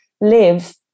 live